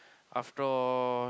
after all